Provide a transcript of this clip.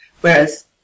whereas